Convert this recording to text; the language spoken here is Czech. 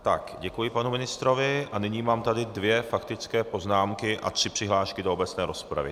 Tak, děkuji panu ministrovi a nyní mám tady dvě faktické poznámky a tři přihlášky do obecné rozpravy.